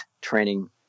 training